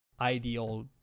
ideal